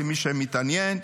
למי שמתעניין,